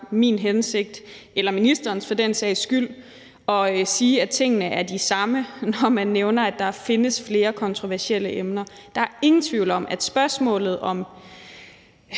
for den sags skyld ministerens hensigt at sige, at tingene er de samme, når man nævner, at der findes flere kontroversielle emner. Der er ingen tvivl om, at spørgsmålet om